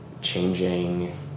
changing